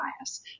bias